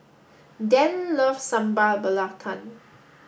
Dan loves Sambal Belacan